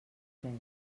tres